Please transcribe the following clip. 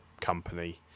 company